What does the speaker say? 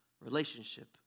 relationship